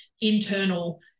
internal